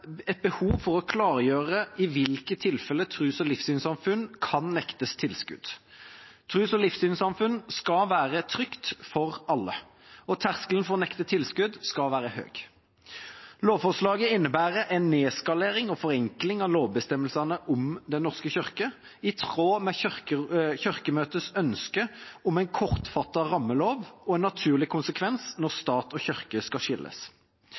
et behov for å klargjøre i hvilke tilfeller tros- og livssynssamfunn kan nektes tilskudd. Tros- og livssynssamfunn skal være trygge for alle, og terskelen for å nekte tilskudd skal være høy. Lovforslaget innebærer en nedskalering og forenkling av lovbestemmelsene om Den norske kirke i tråd med Kirkemøtets ønske om en kortfattet rammelov og er en naturlig konsekvens når stat og kirke skal skilles.